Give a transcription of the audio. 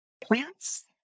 plants